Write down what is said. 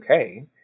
okay